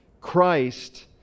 Christ